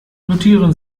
notieren